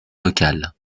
local